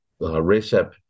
Recep